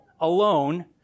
alone